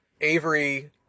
Avery